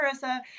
Marissa